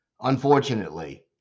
Unfortunately